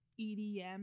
edm